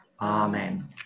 amen